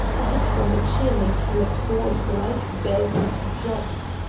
i hit him on the chin, and he let go of the life-belt and dropped.